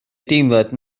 deimlad